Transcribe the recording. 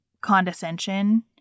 condescension